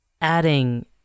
adding